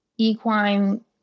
equine